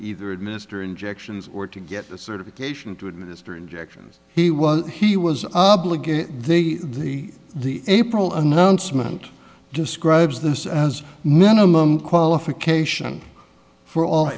either administer injections or to get the certification to administer injections he was he was obligated they the the april announcement describes this as minimum qualification for all